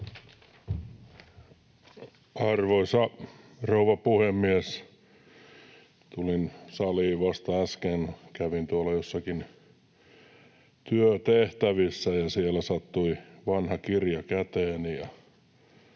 Arvoisa rouva puhemies! Tulin saliin vasta äsken. Kävin tuolla jossakin työtehtävissä, ja siellä sattui vanha kirja käteeni,